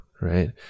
right